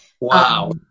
wow